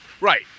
Right